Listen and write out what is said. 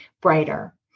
brighter